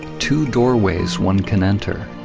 two doorways one can enter.